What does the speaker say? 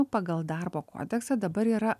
pagal darbo kodeksą dabar yra